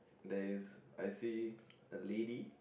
there is I see a lady